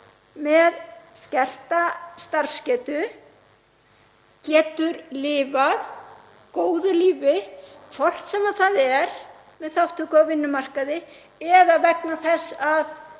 með skerta starfsgetu getur lifað góðu lífi, hvort sem það er með þátttöku á vinnumarkaði eða vegna þess að